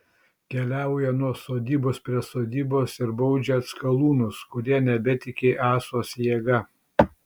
keliauja nuo sodybos prie sodybos ir baudžia atskalūnus kurie nebetiki ąsos jėga